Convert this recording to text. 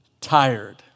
tired